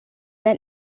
then